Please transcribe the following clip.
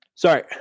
Sorry